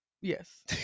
Yes